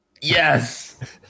yes